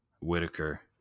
Whitaker